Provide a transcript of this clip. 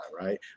right